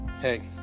hey